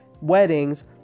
weddings